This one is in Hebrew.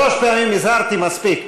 שלוש פעמים הזהרתי, מספיק.